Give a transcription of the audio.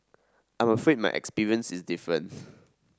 I'm afraid my experience is different